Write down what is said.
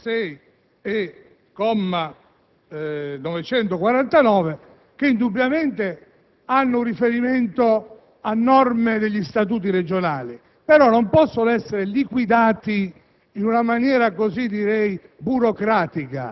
Friuli-Venezia Giulia (commi 836 e 949) indubbiamente hanno un riferimento a norme degli Statuti regionali, ma non possono essere liquidate